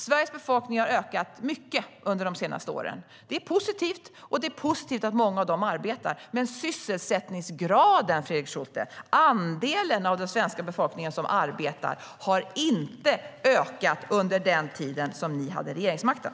Sveriges befolkning har ökat mycket de senaste åren, vilket är positivt. Det är också positivt att många arbetar, men sysselsättningsgraden, Fredrik Schulte, andelen av den svenska befolkningen som arbetar, ökade inte under den tid som ni hade regeringsmakten.